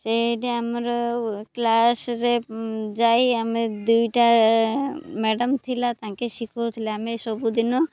ସେଇଟା ଆମର କ୍ଲାସ୍ରେ ଯାଇ ଆମେ ଦୁଇଟା ମ୍ୟାଡ଼ାମ୍ ଥିଲା ତାଙ୍କେ ଶିଖଉଥିଲେ ଆମେ ସବୁଦିନ